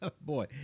Boy